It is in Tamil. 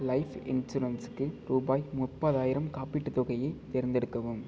லைஃப் இன்சூரன்ஸுக்கு ரூபாய் முப்பதாயிரம் காப்பீட்டுத் தொகையை தேர்ந்தெடுக்கவும்